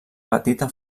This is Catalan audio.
petita